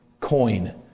coin